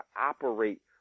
operate